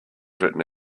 written